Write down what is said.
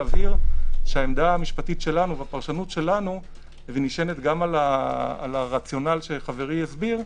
העמדה המשפטית שלנו והפרשנות שלנו נשענת גם על הרציונל שחברי הסביר,